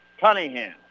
Cunningham